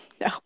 no